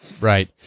Right